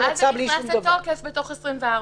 נכון, ואז זה נכנס לתוקף בתוך 24 שעות.